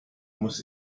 muss